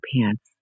pants